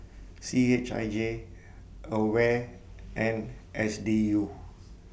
C H I J AWARE and S D U